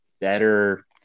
better